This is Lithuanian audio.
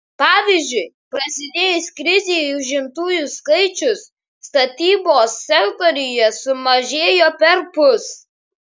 pavyzdžiui prasidėjus krizei užimtųjų skaičius statybos sektoriuje sumažėjo perpus